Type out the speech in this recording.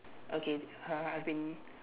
okay uh I've been